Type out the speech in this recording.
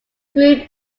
group